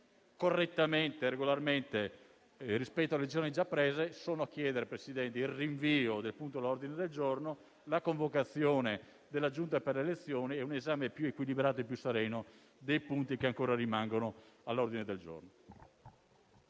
correttamente e regolarmente rispetto alle decisioni già prese, sono a chiedere il rinvio del punto all'ordine del giorno, la convocazione della Giunta delle elezioni e delle immunità parlamentari e un esame più equilibrato e più sereno dei punti che ancora rimangono all'ordine del giorno.